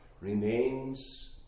Remains